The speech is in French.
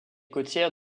côtières